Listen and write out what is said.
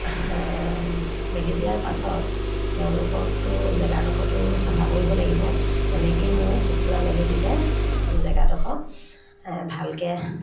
মেলি দিয়াৰ পাছত তেওঁলোককতো জেগাডখৰতো চাফা কৰিব লাগিব তেনেকেই মই কুকুৰা মেলি দিলে জেগাডখৰ ভালকৈ